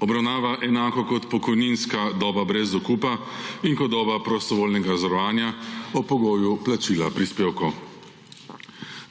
obravnava enako kot pokojninska doba brez dokupa in kot doba prostovoljnega zavarovanja ob pogoju plačila prispevkov.